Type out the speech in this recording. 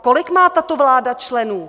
Kolik má tato vláda členů?